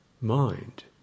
mind